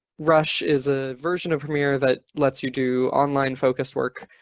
rush is a version of premier that lets you do online focused work.